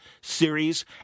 series